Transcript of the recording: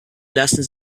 lassen